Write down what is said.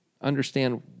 understand